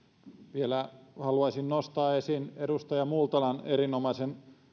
vielä haluaisin nostaa esiin edustaja multalan erinomaisen